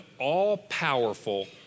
all-powerful